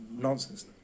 nonsense